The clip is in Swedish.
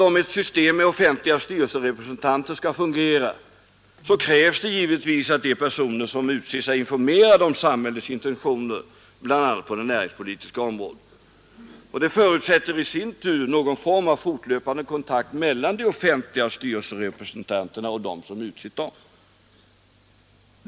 Om ett system med offentliga styrelserepresentanter skall fungera så krävs det givetvis att de personer som utses är informerade om samhällets intentioner, bl.a. på det näringspolitiska området. Det förutsätter i sin tur någon form av fortlöpande kontakt mellan de offentliga styrelserepresentanterna och den som utsett dem.